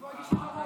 כבוד היושב-ראש,